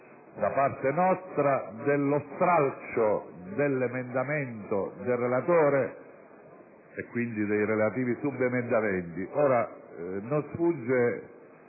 da parte nostra dello stralcio dell'emendamento del relatore e, quindi, dei relativi subemendamenti. Non sfugge